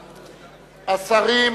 השרים,